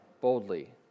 boldly